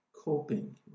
coping